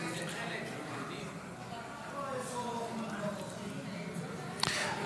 לא נתקבלה.